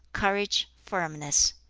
courage, firmness.